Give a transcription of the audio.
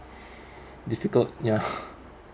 difficult ya